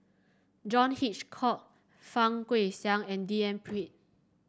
John Hitchcock Fang Guixiang and D N Pritt